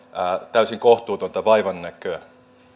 täysin kohtuutonta vaivannäköä